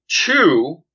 two